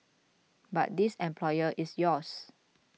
but this employer is yours